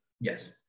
Yes